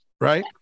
right